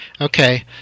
Okay